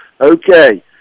Okay